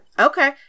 Okay